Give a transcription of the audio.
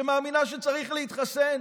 מאמינה שצריך להתחסן,